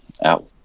out